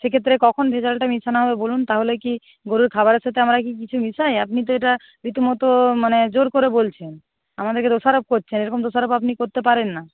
সে ক্ষেত্রে কখন ভেজালটা মিশানো হবে বলুন তাহলে কি গরুর খাবারের সাথে আমরা কি কিছু মিশাই আপনি কি এটা রীতিমতো মানে জোর করে বলছেন আমাদেরকে দোষারোপ করছেন এরকম দোষারোপ আপনি করতে পারেন না